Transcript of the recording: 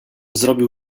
zrobił